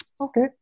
Okay